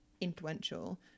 influential